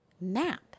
map